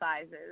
sizes